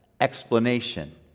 explanation